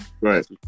right